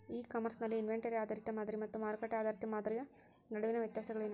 E commerce ನಲ್ಲಿ inventory ಆಧಾರಿತ ಮಾದರಿ ಮತ್ತು ಮಾರುಕಟ್ಟೆ ಆಧಾರಿತ ಮಾದರಿಯ ನಡುವಿನ ವ್ಯತ್ಯಾಸಗಳೇನು?